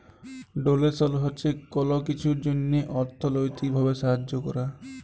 ডোলেসল হছে কল কিছুর জ্যনহে অথ্থলৈতিক ভাবে সাহায্য ক্যরা